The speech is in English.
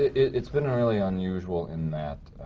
it's been really unusual in that